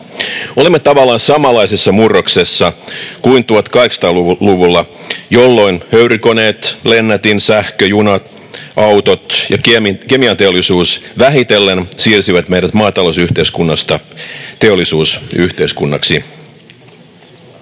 Olemme tavallaan samanlaisessa murroksessa kuin 1800-luvulla, jolloin höyrykoneet, lennätin, sähkö, junat, autot ja kemianteollisuus vähitellen siirsivät meidät maatalousyhteiskunnasta teollisuusyhteiskunnaksi.